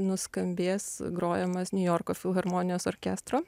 nuskambės grojamas niujorko filharmonijos orkestro